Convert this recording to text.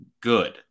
good